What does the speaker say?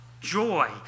joy